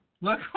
look